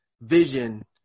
vision